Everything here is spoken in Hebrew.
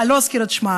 אני לא אזכיר את שמה,